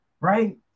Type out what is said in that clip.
right